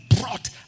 brought